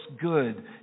good